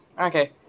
Okay